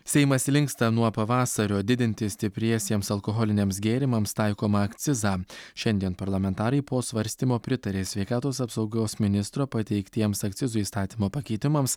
seimas linksta nuo pavasario didinti stipriesiems alkoholiniams gėrimams taikomą akcizą šiandien parlamentarai po svarstymo pritarė sveikatos apsaugos ministro pateiktiems akcizų įstatymo pakeitimams